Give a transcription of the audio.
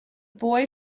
boy